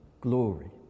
glory